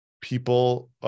people